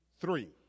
three